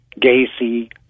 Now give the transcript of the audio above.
Gacy